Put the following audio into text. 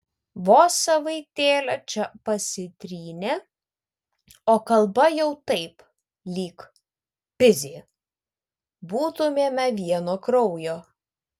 vos savaitėlę čia pasitrynė o kalba jau taip lyg pizė būtumėme vieno kraujo